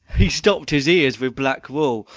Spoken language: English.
he stopped his ears with black wool,